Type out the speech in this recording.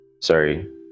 Sorry